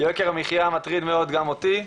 יוקר המחיה מטריד מאוד גם אותי.